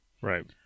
Right